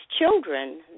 children